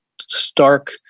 stark